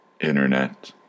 internet